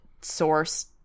source